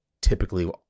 typically